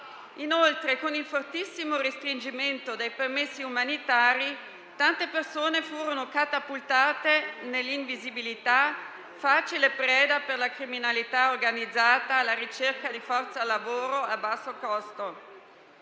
Inoltre, con il fortissimo restringimento dei permessi umanitari, tante persone furono catapultate nell'invisibilità, facile preda della criminalità organizzata alla ricerca di forza lavoro a basso costo.